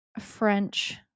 french